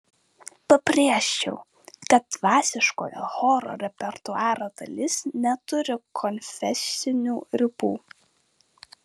pabrėžčiau kad dvasiškoji choro repertuaro dalis neturi konfesinių ribų